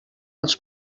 als